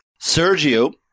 Sergio